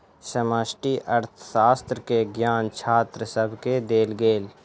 समष्टि अर्थशास्त्र के ज्ञान छात्र सभके देल गेल